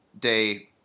day